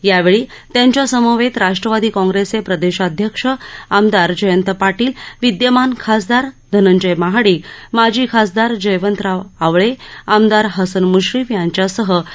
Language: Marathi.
यावेळी त्यांच्यासमवेत राष्ट्रवादी काँप्रेसचे प्रदेशाध्यक्ष आमदार जयंत पाटील विद्यमान खासदार धनंजय महाडिक माजी खासदार जयवंतराव आवळे आमदार हसन मुश्रीफ यांच्यासह मान्यवर नेतेमंडळी उपस्थित होते